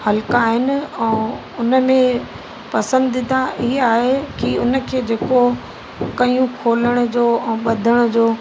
हल्का आहिनि ऐं उन में पसंदिदा हीअ आहे की उन खे जेको कयूं खोलण जो ऐं ॿधण जो